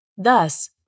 Thus